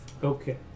Okay